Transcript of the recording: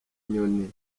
inyoni